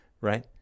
right